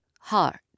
heart